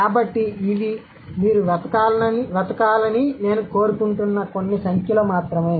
కాబట్టి ఇవి మీరు వెతకాలని నేను కోరుకుంటున్న కొన్ని సంఖ్యలు మాత్రమే